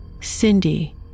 Cindy